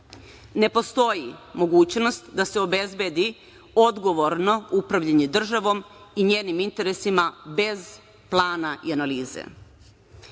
Ne postoji mogućnost da se obezbedi odgovorno upravljanje državom i njenim interesima bez plana i analize. Juče